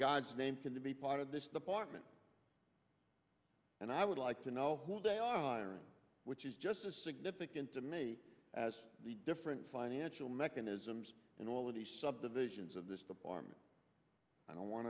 guy's name can be part of this department and i would like to know what they are firing which is just a significant to me as the different financial mechanisms and all of the subdivisions of this the barman i don't want